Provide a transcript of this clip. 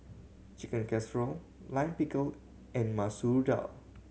Chicken Casserole Lime Pickle and Masoor Dal